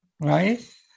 right